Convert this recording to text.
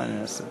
מה אני אעשה.